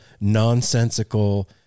nonsensical